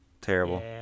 terrible